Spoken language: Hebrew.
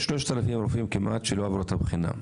יש כמעט 3,000 רופאים שלא עברו את הבחינה,